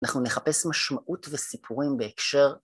אנחנו נחפש משמעות וסיפורים בהקשר.